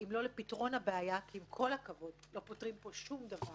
אם לא לפתרון הבעיה כי עם כל הכבוד לא פותרים פה שום דבר,